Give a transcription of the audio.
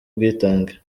ubwitange